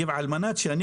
מתרוקנת.